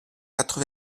quatre